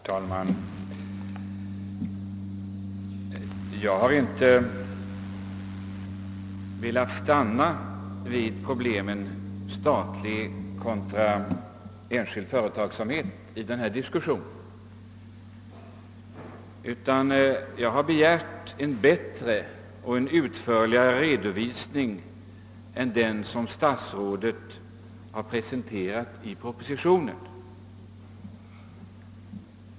Herr talman! Jag har inte velat stanna vid problemet statlig kontra enskild företagsamhet i denna diskussion, utan jag har begärt en bättre och utförligare redovisning om Durox än den som statsrådet har presenterat i propositionen.